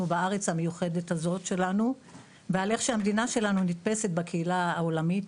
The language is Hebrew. בארץ המיוחדת הזאת שלנו ועל איך שהמדינה שלנו נתפסת בקהילה העולמית.